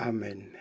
Amen